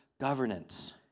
governance